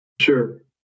Sure